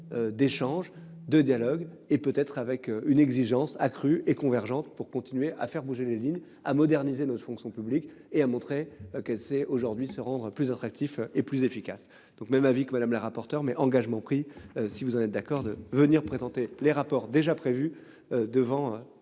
D'échanges, de dialogue et peut être avec une exigence accrue et convergentes pour continuer à faire bouger les lignes à moderniser notre fonction publique et a montré qu'elle sait aujourd'hui se rendra plus attractif et plus efficace. Donc même avis que Madame la rapporteure mais engagements pris si vous en êtes d'accord de venir présenter les rapports déjà prévu devant